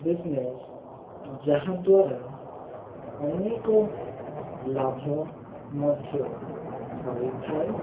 business ଯାହାଦ୍ୱାରା ଅନେକ ଲାଭ ମଧ୍ୟ ହୋଇଥାଏ